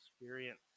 experience